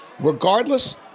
Regardless